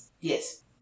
Yes